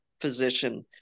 physician